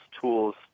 tools